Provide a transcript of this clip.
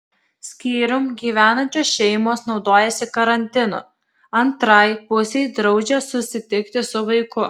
skyrium gyvenančios šeimos naudojasi karantinu antrai pusei draudžia susitikti su vaiku